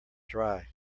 dry